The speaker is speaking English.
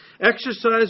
Exercise